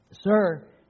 Sir